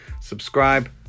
subscribe